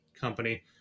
company